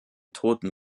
toten